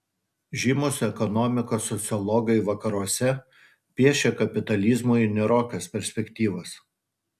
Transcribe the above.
žymūs ekonomikos sociologai vakaruose piešia kapitalizmui niūrokas perspektyvas